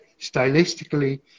stylistically